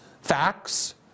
facts